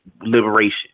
liberation